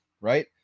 right